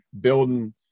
building